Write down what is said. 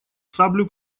саблю